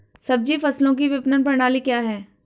सब्जी फसलों की विपणन प्रणाली क्या है?